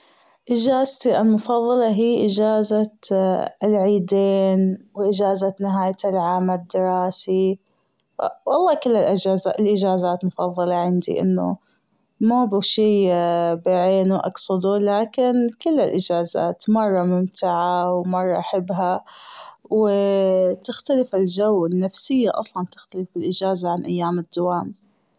إجازتي المفظلة هي إجازة العيدين وإجازة نهاية العام الدراسي والله كل الأجازات الإجازات مفظلة عندي أنه مابه شي بعينه أقصده لكن كل الإجازات مرة ممتعة ومرة حبها وتختلف الجو النفسية أصلا تختلف بالإجازة عن أيام الدوام.